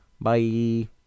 Bye